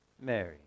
Mary